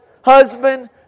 husband